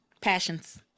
passions